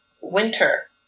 winter